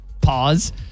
Pause